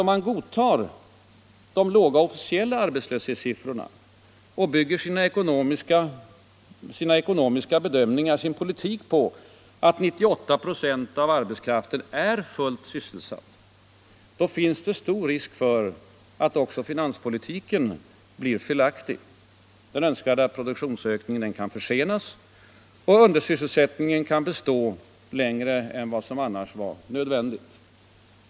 Om man godtar de låga officiella arbetslöshetssiffrorna och bygger sin ekonomiska politik på att 98 96 av arbetskraften är fullt sysselsatt, finns det stor risk för att också finanspolitiken blir felaktig. Den önskvärda produktionsökningen försenas. Undersysselsättningen består längre än vad som eljest vore nödvändigt.